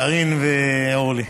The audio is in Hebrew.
קארין ואורלי,